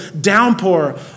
downpour